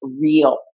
real